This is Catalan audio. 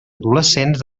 adolescents